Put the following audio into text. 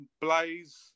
Blaze